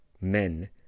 men